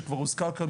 שכבר הוזכר כאן,